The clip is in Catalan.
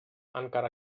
encara